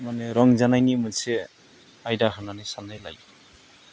माने रंजानायनि मोनसे आयदा होननानै साननाय लायो